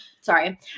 Sorry